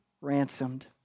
ransomed